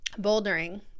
bouldering